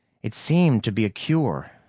it seemed to be a cure,